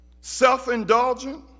self-indulgent